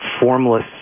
formless